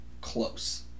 close